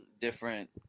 different